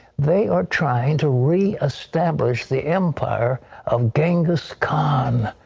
they are trying to reestablish the empire of genghis khan.